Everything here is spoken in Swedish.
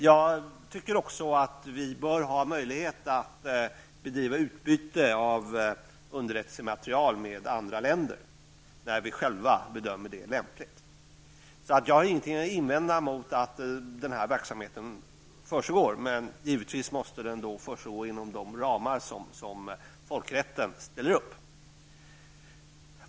Vi bör också ha möjlighet att med andra länder bedriva utbyte av underättelsematerial när vi själva bedömer det lämpligt. Jag har således ingenting att invända mot att denna verksamhet försiggår, men givetvis måste den då försiggå inom de ramar som folkrätten ställer upp.